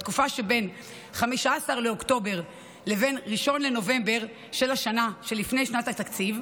בתקופה שבין 15 באוקטובר ל-1 בנובמבר של השנה שלפני שנת התקציב,